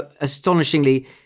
astonishingly